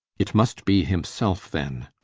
it must be himselfe then